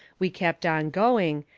we kept on going,